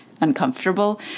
uncomfortable